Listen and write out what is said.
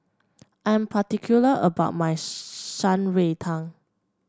I'm particular about my Shan Rui Tang